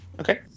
okay